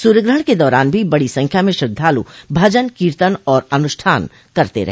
सूर्यग्रहण के दौरान भी बड़ी संख्या में श्रद्धालु भजन कीर्तन और अनुष्ठान करते रहे